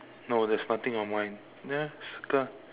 no there's nothing on mine ya circle ah